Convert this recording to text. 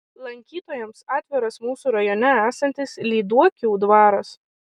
lankytojams atviras mūsų rajone esantis lyduokių dvaras